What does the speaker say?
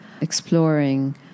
exploring